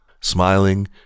Smiling